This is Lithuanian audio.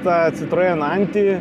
tą citroeną anti